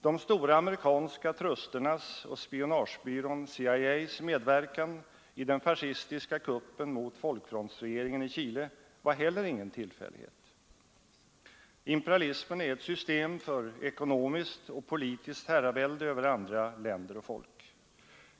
De stora amerikanska trusternas och spionagebyrån CIA:s medverkan i den fascistiska kuppen mot folkfrontsregeringen i Chile var heller inte någon tillfällighet. Imperialismen är ett system för ekonomiskt och politiskt herravälde över andra länder och folk.